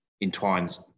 entwines